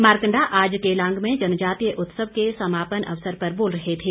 मारकंडा आज केलांग में जनजातीय उत्सव के समापन अवसर पर बोल रहे थे